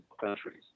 countries